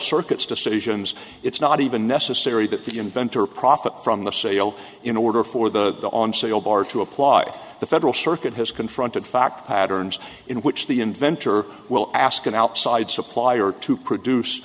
circuit's decisions it's not even necessary that the inventor profit from the sale in order for the on sale bar to apply the federal circuit has confronted fact patterns in which the inventor will ask an outside supplier to produce